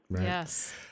Yes